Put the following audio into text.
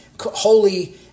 holy